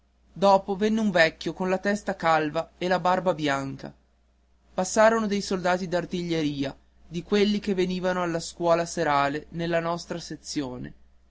dopo venne un vecchio con la testa calva e la barba bianca passarono dei soldati d'artiglieria di quelli che venivano alla scuola serale nella nostra sezione